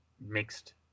mixed